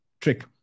trick